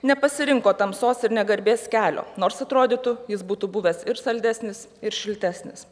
nepasirinko tamsos ir negarbės kelio nors atrodytų jis būtų buvęs ir saldesnis ir šiltesnis